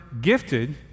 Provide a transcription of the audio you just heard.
gifted